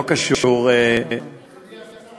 שלא קשורה, אדוני השר,